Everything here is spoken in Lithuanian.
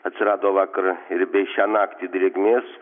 atsirado vakar ir bei šią naktį drėgmės